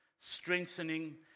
strengthening